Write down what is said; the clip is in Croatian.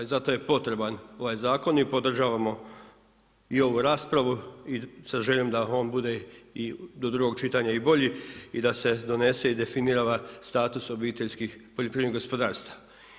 I zato je potreban ovaj zakon i podržavamo i ovu raspravu i sa željom da on bude do drugog čitanja i bolji i da se donese i definira status obiteljskih poljoprivrednih gospodarstava.